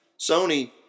Sony